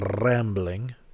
rambling